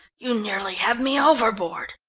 you nearly had me overboard.